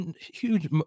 huge